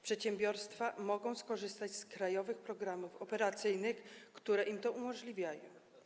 Przedsiębiorstwa mogą skorzystać z krajowych programów operacyjnych, które im to umożliwiają.